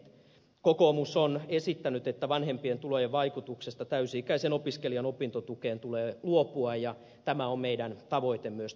kokoomus on esittänyt että vanhempien tulojen vaikutuksesta täysi ikäisen opiskelijan opintotukeen tulee luopua ja tämä on meidän tavoitteemme myös tulevaisuudessa